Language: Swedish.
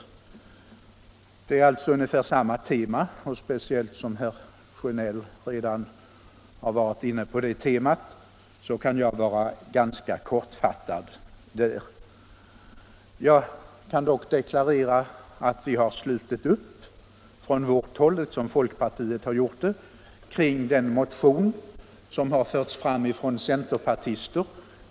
Det är alltså ungefär samma tema och därför — speciellt som herr Sjönell redan har varit inne på det — kan jag vara ganska kortfattad. Jag kan dock deklarera att vi har slutit upp från vårt håll, liksom folkpartiet har gjort det, kring den motion som har väckts av centerpartister.